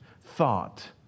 thought